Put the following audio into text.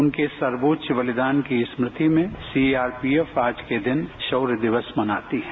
उनके सर्वोच्च बलिदान की स्मृति में सीआरपीएफ आज के दिन शौर्य दिवस मनाती है